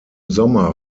sommer